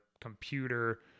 computer